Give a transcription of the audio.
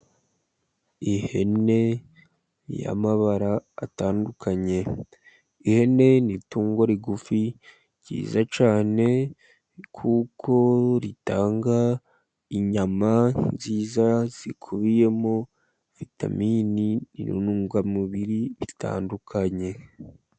Ihene y'amabara atandukanye. Ihene ni itungo rigufi ryiza cyane, kuko ritanga inyama nziza zikubiyemo vitamini, intungamubiri bitandukanye.